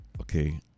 okay